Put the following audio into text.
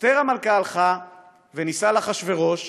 אסתר המלכה הלכה ונישאה לאחשוורוש